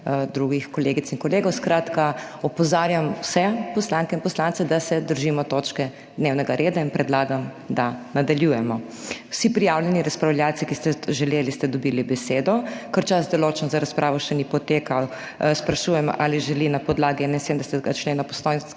drugih kolegic in kolegov. Skratka, opozarjam vse poslanke in poslance, da se držimo točke dnevnega reda in predlagam, da nadaljujemo. Vsi prijavljeni razpravljavci, ki ste to želeli, ste dobili besedo. Ker čas, določen za razpravo še ni potekel, sprašujem ali želi na podlagi 71. člena Poslovniškega